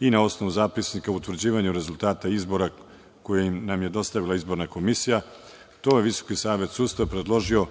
i na osnovu zapisnika o utvrđivanju rezultata izbora koji nam je dostavila izborna komisija, te je Visoki savet sudstva predložio